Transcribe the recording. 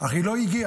אך היא לא הגיעה.